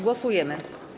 Głosujemy.